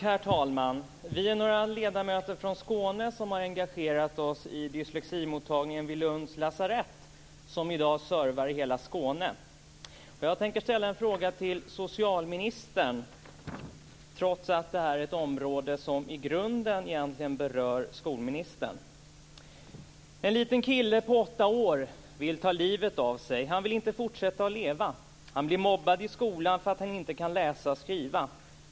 Herr talman! Vi är några ledamöter från Skåne som har engagerat oss i dysleximottagningen vid Lunds lasarett, som i dag servar hela Skåne. Jag tänker ställa en fråga till socialministern, trots att det är ett område som i grunden berör skolministern. En liten kille på åtta år vill ta livet av sig. Han vill inte fortsätta att leva. Han blir mobbad i skolan för att han inte kan läsa och skriva.